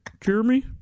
jeremy